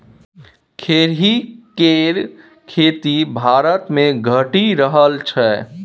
खेरही केर खेती भारतमे घटि रहल छै